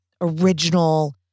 original